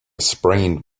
sprained